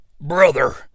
Brother